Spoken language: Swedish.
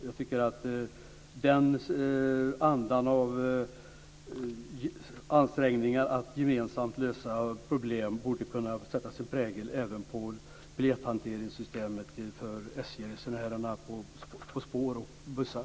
Jag tycker att den andan av ansträngningar för att gemensamt lösa problem borde kunna sätta sin prägel även på biljetthanteringssystemet för SJ-resenärer på spår och bussar.